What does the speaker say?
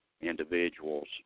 individuals